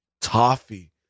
toffee